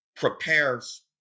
prepares